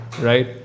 right